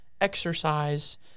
exercise